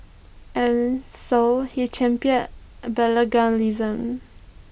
and so he championed bilingualism